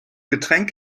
getränk